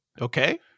Okay